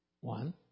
One